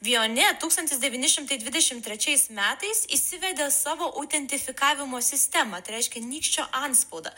vione tūkstantis devyni šimtai dvidešimt trečiais metais įsivedė savo autentifikavimo sistemą tai reiškia nykščio antspaudą